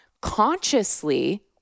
consciously